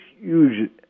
huge